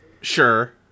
Sure